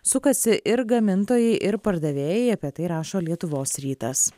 sukasi ir gamintojai ir pardavėjai apie tai rašo lietuvos rytas